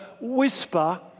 whisper